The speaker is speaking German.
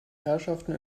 herrschaften